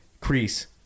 crease